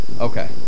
Okay